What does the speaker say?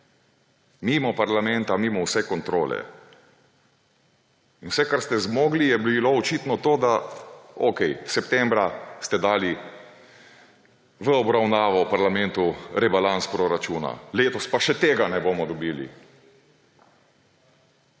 mimo parlamenta, mimo vse kontrole. In vse, kar ste zmogli, je bilo očitno to, da okej, septembra ste dali v obravnavo parlamentu rebalans proračuna, letos pa še tega ne bomo dobili,